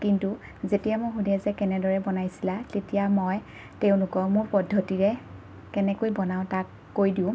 কিন্তু যেতিয়া মোক সুধে যে কেনেদৰে বনাইছিলা তেতিয়া মই তেওঁলোকক মোৰ পদ্ধতিৰে কেনেকৈ বনাওঁ তাক কৈ দিওঁ